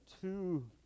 two